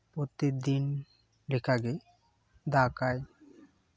ᱯᱨᱚᱛᱮᱠ ᱫᱤᱱ ᱞᱮᱠᱟᱜᱮ ᱫᱟᱜᱟᱭ